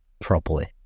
properly